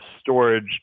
storage